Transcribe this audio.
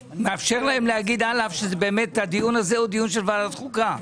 מאפשר להם להגיד על אף שהדיון הזה הוא דיון של ועדת חוקה.